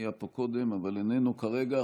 היה פה קודם אבל איננו כרגע,